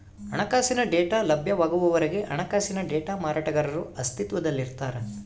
ಹಣಕಾಸಿನ ಡೇಟಾ ಲಭ್ಯವಾಗುವವರೆಗೆ ಹಣಕಾಸಿನ ಡೇಟಾ ಮಾರಾಟಗಾರರು ಅಸ್ತಿತ್ವದಲ್ಲಿರ್ತಾರ